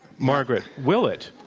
margaret. will it?